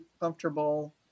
comfortable